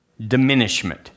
diminishment